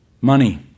money